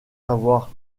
avoir